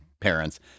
Parents